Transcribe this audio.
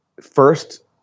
first